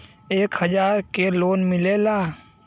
एक हजार के लोन मिलेला?